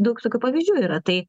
daug tokių pavyzdžių yra tai